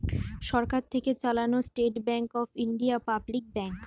সরকার থেকে চালানো state bank of India public bank